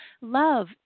love